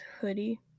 Hoodie